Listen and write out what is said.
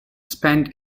spent